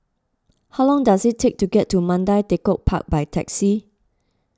how long does it take to get to Mandai Tekong Park by taxi